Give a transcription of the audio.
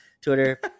Twitter